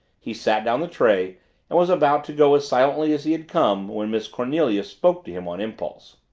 he set down the tray and was about to go as silently as he had come when miss cornelia spoke to him on impulse.